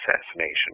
assassination